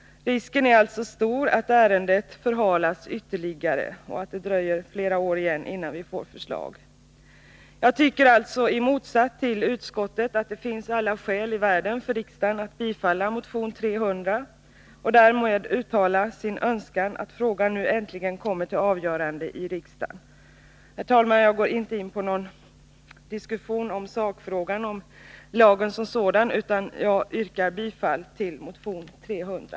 Risken är allstå stor att ärendet förhalas ytterligare och att det dröjer flera år innan vi får något förslag. Jag tycker alltså i motsats till utskottet att det finns alla skäl i världen för riksdagen att bifalla motion 300 och därmed uttala sin önskan att frågan nu äntligen kommer till avgörande i riksdagen. Herr talman! Jag går inte in på någon diskussion om sakfrågan om lagen som sådan, utan jag yrkar bifall till motion 300.